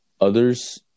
others